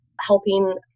helping